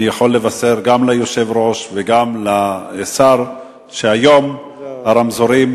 אני יכול לבשר גם ליושב-ראש וגם לשר שהיום הרמזורים